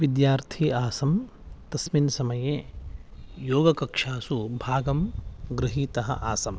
विद्यार्थी आसं तस्मिन् समये योगकक्षासु भागं गृहीतः आसम्